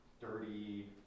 dirty